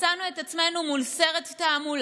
מצאנו את עצמנו מול סרט תעמולה